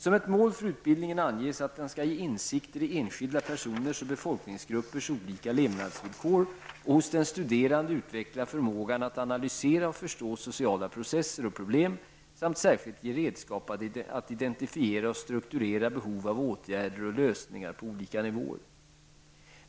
Som ett mål för utbildningen anges att den skall ge insikter i enskilda personers och befolkningsgruppers olika levnadsvillkor och hos den studerande utveckla förmågan att analysera och förstå sociala processer och problem samt särskilt ge redskap att identifiera och strukturera behov av åtgärder och lösningar på olika nivåer.